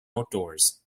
outdoors